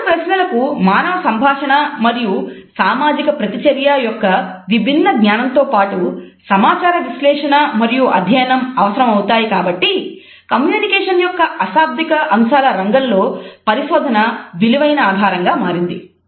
ఇటువంటి ప్రశ్నలకు మానవ సంభాషణ మరియు సామాజిక ప్రతి చర్య యొక్క విభిన్న జ్ఞానం తో పాటు సమాచార విశ్లేషణ మరియు అధ్యయనం అవసరం అవుతాయి కాబట్టి కమ్యూనికేషన్ యొక్క అశాబ్దిక అంశాల రంగంలో పరిశోధన విలువైన ఆధారంగా మారింది